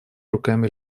руками